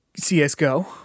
CSGO